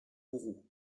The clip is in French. kourou